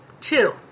Two